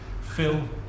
Phil